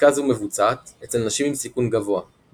בדיקה זו מבוצעת אצל נשים עם סיכון גבוה בהמשך.